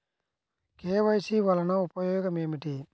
KYC వలన ఉపయోగం ఏమిటీ?